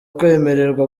kwemererwa